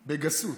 בגסות.